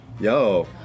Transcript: Yo